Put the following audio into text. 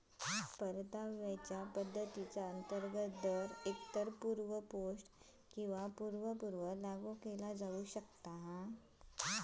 परताव्याच्यो पद्धतीचा अंतर्गत दर एकतर पूर्व पोस्ट किंवा पूर्व पूर्व लागू केला जाऊ शकता